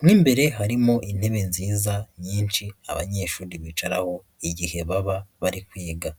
mu imbere harimo intebe nziza nyinshi, abanyeshuri bicaraho igihe baba bari kwiga.